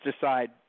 decide